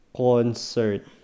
Concert